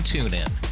TuneIn